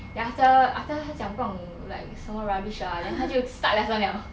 then after after 他讲不懂 like 什么 rubbish ah then 他就 start lesson liao